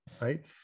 Right